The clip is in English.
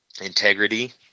integrity